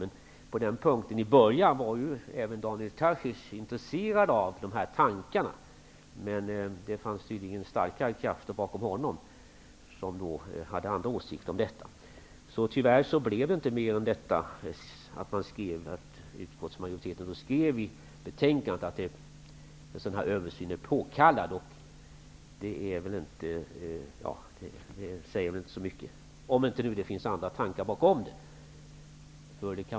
Till en början var även Daniel Tarschys intresserad av dessa tankar, men det fanns tydligen bakom honom starkare krafter, som hade andra åsikter om detta. Tyvärr kom det inte ut mer av detta än att utskottsmajoriteten i betänkandet skrev att en översyn är påkallad, vilket inte säger så mycket. Men kanske finns det andra tankar bakom detta.